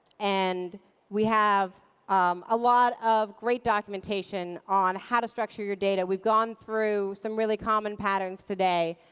and we have um a lot of great documentation on how to structure your data. we've gone through some really common patterns today.